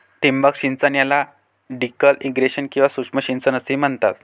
ठिबक सिंचन याला ट्रिकल इरिगेशन किंवा सूक्ष्म सिंचन असेही म्हणतात